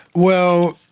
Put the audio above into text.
well,